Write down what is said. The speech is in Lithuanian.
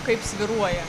kaip svyruoja